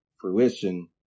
fruition